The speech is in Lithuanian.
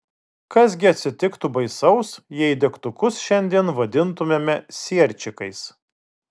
kas gi atsitiktų baisaus jei degtukus šiandien vadintumėme sierčikais